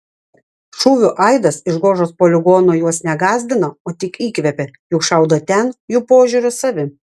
šūvių aidas iš gožos poligono juos ne gąsdina o tik įkvepia juk šaudo ten jų požiūriu savi